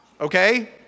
Okay